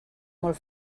molt